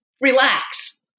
relax